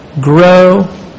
grow